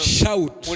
shout